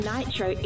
Nitro